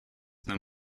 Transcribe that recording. than